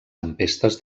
tempestes